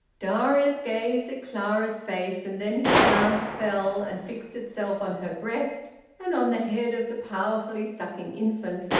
darius gazed at clara's face, and then his glance fell, and fixed itself on her breast and on the head of the powerfully sucking infant,